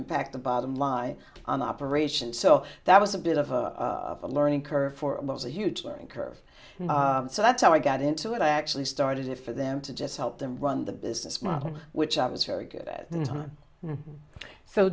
impact the bottom line on operations so that was a bit of a learning curve for it was a huge learning curve and so that's how i got into it i actually started it for them to just help them run the business model which i was very good at the time so